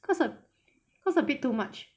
cause cause a bit too much